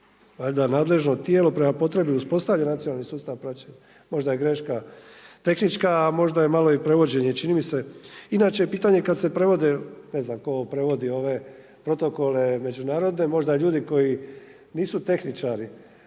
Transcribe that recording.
Valjda na nadležno tijelo prema potrebi uspostavlja nacionalni sustav praćenja. Možda je greška tehnička, a možda je malo i prevođenja. Čini mi se, inače pitanje je kad se prevode, ne znam tko ovo prevodi, ove protokole, međunarodne, možda ljudi koji nisu tehničari,